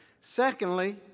Secondly